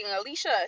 Alicia